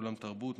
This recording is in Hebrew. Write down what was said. אולם תרבות,